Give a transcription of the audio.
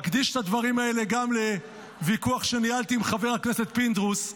אני מקדיש את הדברים האלה גם לוויכוח שניהלתי עם חבר הכנסת פינדרוס.